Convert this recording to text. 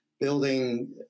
building